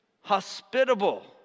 hospitable